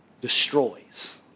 destroys